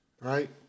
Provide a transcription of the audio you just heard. right